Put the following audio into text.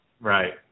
Right